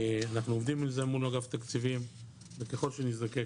אנחנו עובדים על זה מול אגף תקציבים וככל שנזדקק